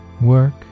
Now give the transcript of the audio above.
Work